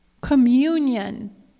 communion